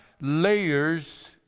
layers